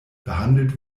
behandelt